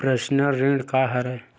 Personal ऋण का हरय?